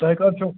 تۄہہِ کَر چھُو